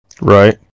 right